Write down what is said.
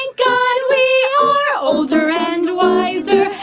god, we are older and wiser.